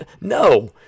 No